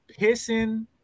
pissing